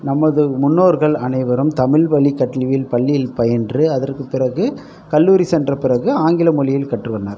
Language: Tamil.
நமது முன்னோர்கள் அனைவரும் தமிழ் வழி கல்வியில் பள்ளியில் பயின்று அதற்கு பிறகு கல்லூரி சென்ற பிறகு ஆங்கில மொழியில் கற்று வந்தார்